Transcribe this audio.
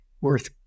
worth